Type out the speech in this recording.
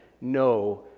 no